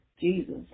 Jesus